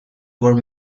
were